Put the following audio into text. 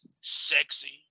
sexy